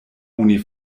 oni